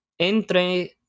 Entre